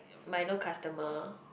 milo customer